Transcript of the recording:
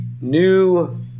new